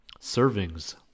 Servings